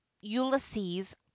ulysses